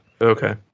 okay